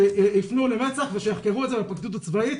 שיפנו למצ"ח ושיחקרו את זה בפרקליטות הצבאית.